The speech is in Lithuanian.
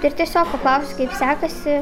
ir tiesiog paklausiu kaip sekasi